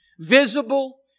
visible